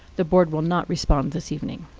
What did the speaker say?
the board will not respond this evening.